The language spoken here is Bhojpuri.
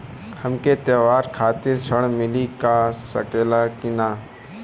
हमके त्योहार खातिर त्रण मिल सकला कि ना?